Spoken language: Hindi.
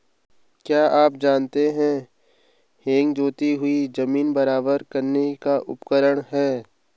क्या आप जानते है हेंगा जोती हुई ज़मीन बराबर करने का उपकरण है?